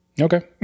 Okay